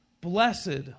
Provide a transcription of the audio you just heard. blessed